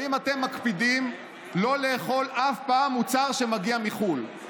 האם אתם מקפידים לא לאכול אף פעם מוצר שמגיע מחו"ל?